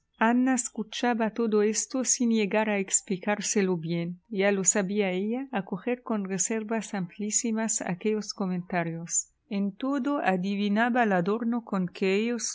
escuchaba todo esto sin llegar a explicárselo bien era forzoso ya lo sabía ella acoger con reservas amplísimas aquellos comentarios en todo adivinaba el adorno con que ellos